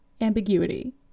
Ambiguity